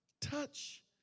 touch